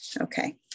Okay